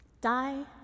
Die